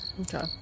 okay